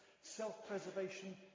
self-preservation